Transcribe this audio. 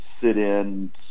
sit-in